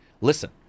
Listen